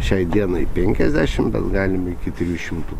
šiai dienai penkiasdešimt bet galim iki trijų šimtų